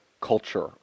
culture